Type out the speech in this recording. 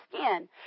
skin